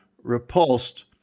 repulsed